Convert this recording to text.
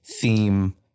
theme